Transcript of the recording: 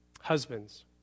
Husbands